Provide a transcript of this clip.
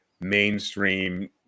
mainstream